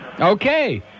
Okay